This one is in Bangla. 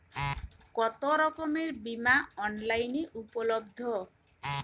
কতোরকমের বিমা অনলাইনে উপলব্ধ?